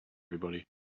everybody